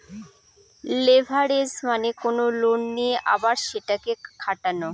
leverage মানে কোনো loan নিয়ে আবার সেটাকে খাটানো